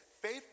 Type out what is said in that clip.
faith